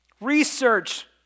research